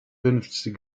benefit